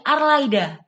Arlaida